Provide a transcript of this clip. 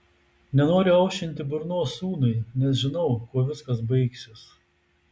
nenoriu aušinti burnos sūnui nes žinau kuo viskas baigsis